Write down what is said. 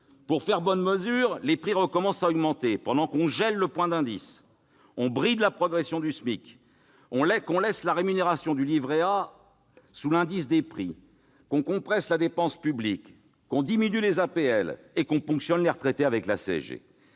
Pour faire bonne mesure, les prix recommencent à augmenter, pendant que l'on gèle le point d'indice, que l'on bride la progression du SMIC, que l'on maintient la rémunération du livret A sous l'évolution de l'indice des prix, que l'on compresse la dépense publique, que l'on diminue les APL et que l'on ponctionne les retraités avec la CSG